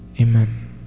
Amen